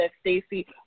Stacey